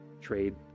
trade